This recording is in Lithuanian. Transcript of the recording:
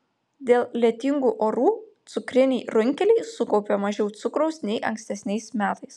dėl lietingų orų cukriniai runkeliai sukaupė mažiau cukraus nei ankstesniais metais